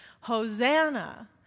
Hosanna